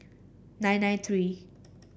nine nine three